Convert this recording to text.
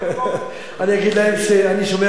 אני אגיד להם שאני שומר על זכות השתיקה.